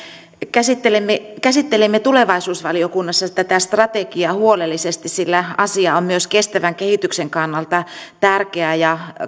käsittelimme tulevaisuusvaliokunnassa tätä strategiaa huolellisesti sillä asia on myös kestävän kehityksen kannalta tärkeä ja